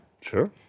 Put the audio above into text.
Sure